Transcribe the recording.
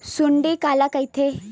सुंडी काला कइथे?